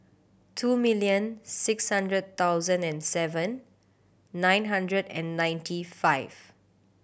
two milion six hundred thousand and seven nine hundred and ninety five